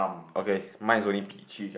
okay mine is only peach